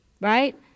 Right